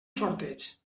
sorteig